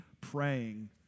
praying